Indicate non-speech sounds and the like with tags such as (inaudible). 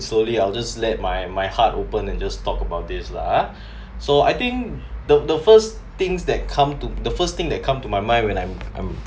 slowly I'll just let my my heart open and just talk about this lah ah (breath) so I think the the first things that come to the first thing that come to my mind when I'm I'm